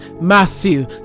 matthew